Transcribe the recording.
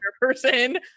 person